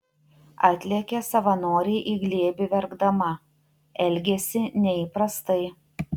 atlėkė savanorei į glėbį verkdama elgėsi neįprastai